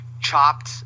chopped